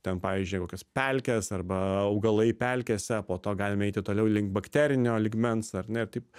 ten pavyzdžiui kokios pelkės arba augalai pelkėse po to galime eiti toliau link bakterinio lygmens ar ne ir taip